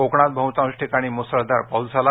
कोकणात बहुतांश ठिकाणी मुसळधार पाऊस झाला